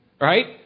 Right